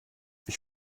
ich